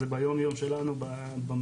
זה ביום יום שלנו במרחב.